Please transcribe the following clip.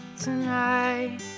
tonight